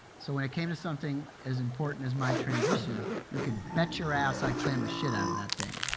so when it came to something as important as my transition, you can bet your ass i planned the shit out of that thing.